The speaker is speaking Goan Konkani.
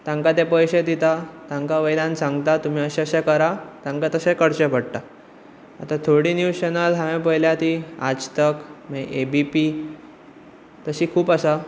तांकां ते पयशे दिता तांकां वयल्यान सांगता तुमी अशें अशें करा तांकां तशे करचे पडटा आतां थोडीं न्यूज चनल हांवें पळयल्या तीं आज तक मागीर ए बी पी तशीं खूब आसा